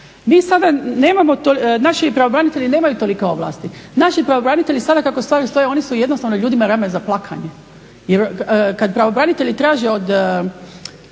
ti zakoni provode. Naši pravobranitelji nemaju tolike ovlasti. Naši pravobranitelji sada kako stvari stoje oni su jednostavno ljudima rame za plakanje jer kad pravobranitelji traže od